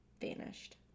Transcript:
vanished